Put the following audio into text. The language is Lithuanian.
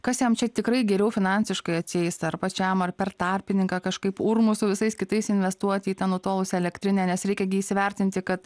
kas jam čia tikrai geriau finansiškai atsieis ar pačiam ar per tarpininką kažkaip urmu su visais kitais investuoti į tą nutolusią elektrinę nes reikia gi įsivertinti kad